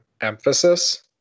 emphasis